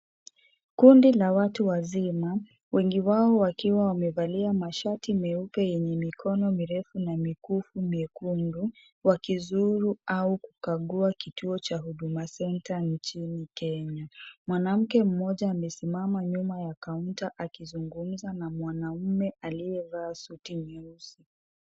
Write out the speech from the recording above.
Kundi la watu wazima wengi wao wakiwa wamevalia mashati meupe yenye mikono mirefu na mikufu miekundu wakizuru au kukagua kituo cha huduma centre nchini kenya . Mwanamke mmoja amesimama nyuma ya kaunta akizungumza na mwanaume aliyevaa suti nyeusi.